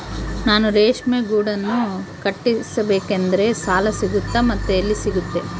ನಾನು ರೇಷ್ಮೆ ಗೂಡನ್ನು ಕಟ್ಟಿಸ್ಬೇಕಂದ್ರೆ ಸಾಲ ಸಿಗುತ್ತಾ ಮತ್ತೆ ಎಲ್ಲಿ ಸಿಗುತ್ತೆ?